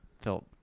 felt